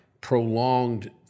prolonged